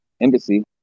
embassy